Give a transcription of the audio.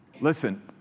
listen